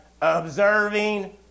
observing